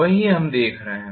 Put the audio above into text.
वही हम देख रहे हैं